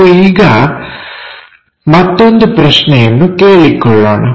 ನಾವು ಈಗ ಮತ್ತೊಂದು ಪ್ರಶ್ನೆಯನ್ನು ಕೇಳಿಕೊಳ್ಳೋಣ